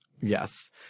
Yes